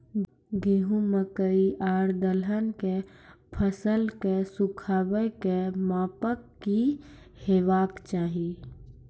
गेहूँ, मकई आर दलहन के फसलक सुखाबैक मापक की हेवाक चाही?